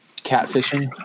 catfishing